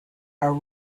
are